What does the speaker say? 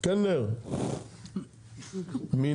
מי